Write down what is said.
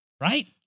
right